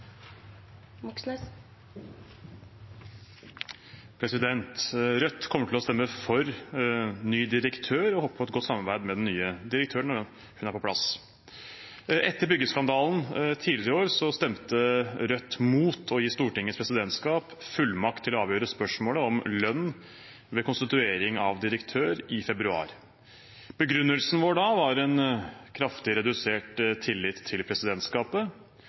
refererte. Rødt kommer til å stemme for ny direktør og håper på et godt samarbeid med den nye direktøren når hun er på plass. Etter byggeskandalen tidligere i år stemte Rødt imot å gi Stortingets presidentskap fullmakt til å avgjøre spørsmålet om lønn ved konstituering av direktør i februar. Begrunnelsen vår da var en kraftig redusert tillit til presidentskapet.